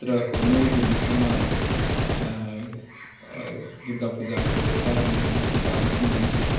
रात्रको नौ दिनसम्म दुर्गा पूजाको तयारीमा जुटेका हुन्छन् मान्छे